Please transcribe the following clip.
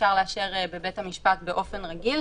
ואפשר לאשר בבית המשפט באופן רגיל.